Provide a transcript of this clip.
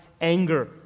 anger